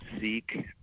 seek